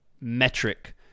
metric